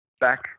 back